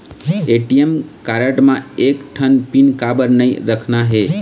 ATM card म एक ठन पिन काबर नई रखना हे?